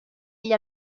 gli